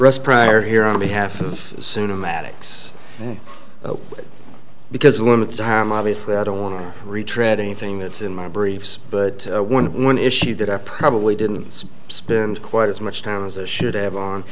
rest prior here on behalf of soon to maddox because one of the harm obviously i don't want to retread anything that's in my briefs but one one issue that i probably didn't spend quite as much time as i should have on